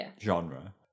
genre